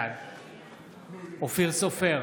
בעד אופיר סופר,